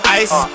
ice